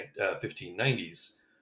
1590s